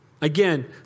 Again